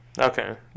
okay